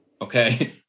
Okay